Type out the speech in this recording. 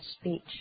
speech